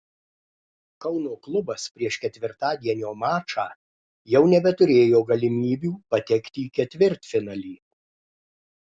kauno klubas prieš ketvirtadienio mačą jau nebeturėjo galimybių patekti į ketvirtfinalį